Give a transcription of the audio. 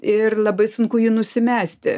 ir labai sunku jį nusimesti